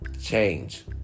Change